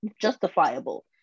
justifiable